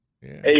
Hey